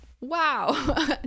Wow